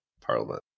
Parliament